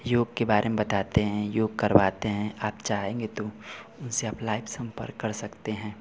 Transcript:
योग के बारे में बताते हैं योग करवाते हैं आप चाहेंगे तो उनसे आप लाइव संपर्क कर सकते हैं